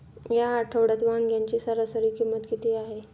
या आठवड्यात वांग्याची सरासरी किंमत किती आहे?